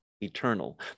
eternal